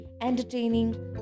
entertaining